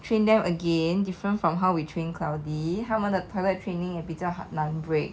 train them again different from how we train cloudy 他们的 toilet training 也比较难 break